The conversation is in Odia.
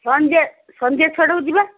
ସନ୍ଧ୍ୟା ସନ୍ଧ୍ୟା ଛଅଟାକୁ ଯିବା